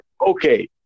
Okay